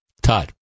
Todd